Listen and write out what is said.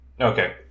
okay